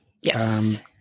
Yes